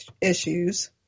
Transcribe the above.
issues